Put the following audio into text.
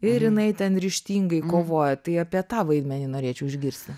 ir jinai ten ryžtingai kovoja tai apie tą vaidmenį norėčiau išgirsti